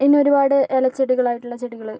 പിന്നെ ഒരുപാട് ഇല ചെടികളായിട്ടുള്ള ചെടികള്